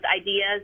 ideas